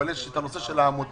אבל יש את הנושא של העמותות.